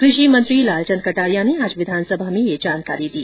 कृषि मंत्री श्री लालचंद कटारिया ने आज विधानसभा में ये जानकारी दी